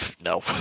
No